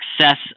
success